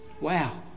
Wow